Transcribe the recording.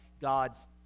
God's